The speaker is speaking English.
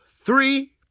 three